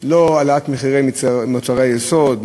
לא העלאת מחירי מוצרי יסוד,